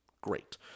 Great